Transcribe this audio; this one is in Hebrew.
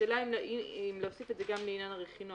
השאלה אם להוסיף את זה גם לעניין הרכינוע.